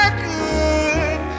good